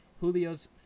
Julio's